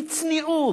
בצניעות.